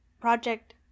Project